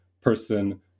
person